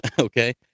Okay